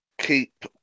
keep